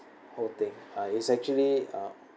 whole thing uh it's actually uh